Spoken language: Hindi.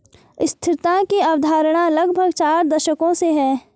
स्थिरता की अवधारणा लगभग चार दशकों से है